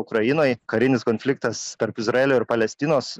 ukrainoj karinis konfliktas tarp izraelio ir palestinos